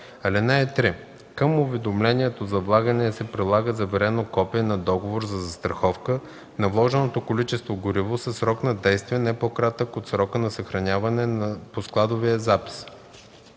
(3) Към уведомлението за влагане се прилага заверено копие на договор за застраховка на вложеното количество гориво със срок на действие, не по-кратък от срока на съхраняване по складовия запис.